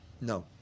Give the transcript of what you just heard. No